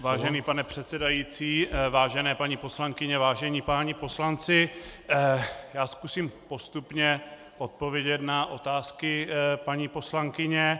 Vážený pane předsedající, vážené paní poslankyně, vážení páni poslanci, já zkusím postupně odpovědět na otázky paní poslankyně.